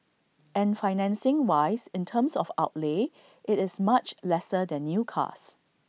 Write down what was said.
and financing wise in terms of outlay IT is much lesser than new cars